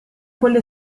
quelle